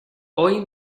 hoy